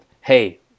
hey